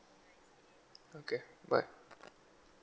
okay bye